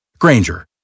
Granger